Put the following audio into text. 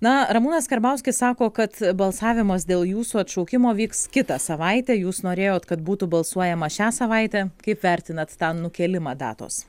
na ramūnas karbauskis sako kad balsavimas dėl jūsų atšaukimo vyks kitą savaitę jūs norėjot kad būtų balsuojama šią savaitę kaip vertinat tą nukėlimą datos